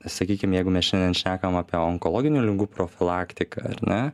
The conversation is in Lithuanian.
sakykim jeigu mes šiandien šnekam apie onkologinių ligų profilaktiką ar ne